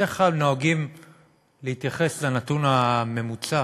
בדרך כלל נוהגים להתייחס לנתון הממוצע,